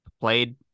played